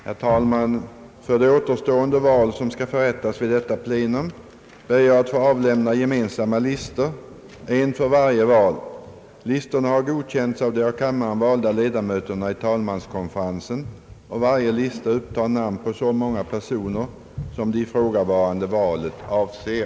Herr talman! För de återstående val som skall förrättas vid detta plenum ber jag att få avlämna gemensamma listor, en för varje val. Listorna har godkänts av de av kammaren valda ledamöterna i talmanskonferensen, och varje lista upptar namn på så många personer som det ifrågavarande valet avser.